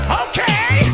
okay